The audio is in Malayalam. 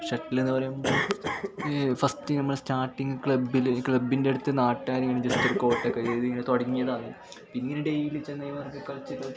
ഷട്ടിലെന്നു പറയുമ്പോൾ ഫസ്റ്റ് നമ്മൾ സ്റ്റാർട്ടിങ് ക്ലബ്ബിൽ ക്ലബ്ബിൻ്റടുത്ത് നാട്ടുകാരിങ്ങനെ ജസ്റ്റൊരു കോട്ടൊക്കെ എഴുതി ഇങ്ങനെ തുടങ്ങിയതാണ് പിന്നീട് ഡേയ്ലി ചെന്ന് കയ്യിൽ നിന്നു കളിച്ച് കളിച്ച് കളിച്ച് ഇതൊരു